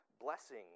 blessing